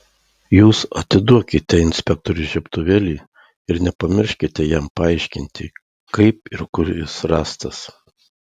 jūs atiduokite inspektoriui žiebtuvėlį ir nepamirškite jam paaiškinti kaip ir kur jis rastas